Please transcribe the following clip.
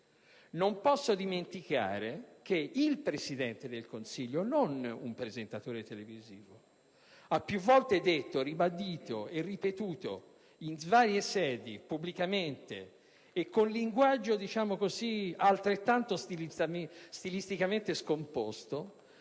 Non posso dimenticare che il Presidente del Consiglio, non un presentatore televisivo, ha più volte detto, ribadito e ripetuto in varie sedi, pubblicamente e con linguaggio altrettanto stilisticamente scomposto,